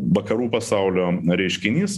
vakarų pasaulio reiškinys